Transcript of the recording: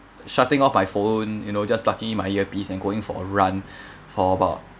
shutting off my phone you know just plucking in my earpiece and going for a run for about